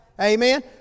Amen